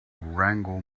wrangle